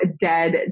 dead